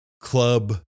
club